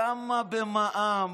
למה במע"מ,